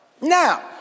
Now